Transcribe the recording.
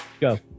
Go